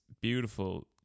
beautiful